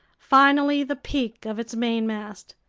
finally the peak of its mainmast.